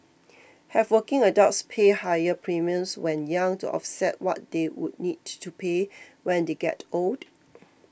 have working adults pay higher premiums when young to offset what they would need to pay when they get old